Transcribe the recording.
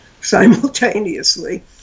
simultaneously